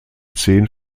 zehn